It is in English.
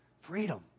Freedom